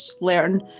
learn